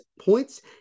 points